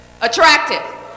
Attractive